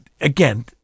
again